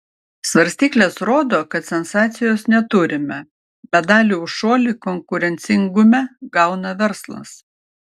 svarstyklės rodo kad sensacijos neturime medalį už šuolį konkurencingume gauna verslas